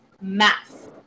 Math